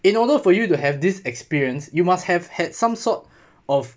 in order for you to have this experience you must have had some sort of